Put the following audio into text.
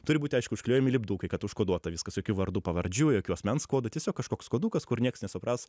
turi būti aišku užklijuojami lipdukai kad užkoduota viskas jokių vardų pavardžių jokių asmens kodų tiesiog kažkoks kodukas kur nieks nesupras